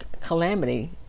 calamity